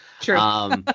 Sure